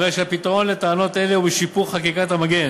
הרי הפתרון לטענות אלה הוא בשיפור חקיקת המגן